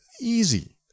easy